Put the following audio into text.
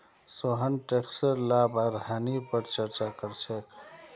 सोहन टैकसेर लाभ आर हानि पर चर्चा कर छेक